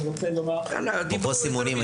אפרופו סימונים,